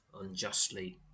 unjustly